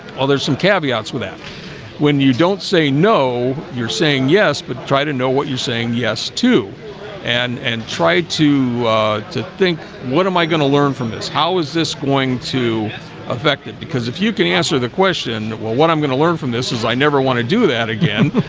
well some caveats with that when you don't say no you're saying yes but try to know what you're saying yes and and try to to think what am i gonna learn from this? how is this going to affect it because if you can answer the question? well what i'm gonna learn from this is i never want to do that again.